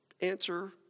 answer